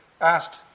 asked